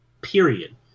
Period